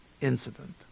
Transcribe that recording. incident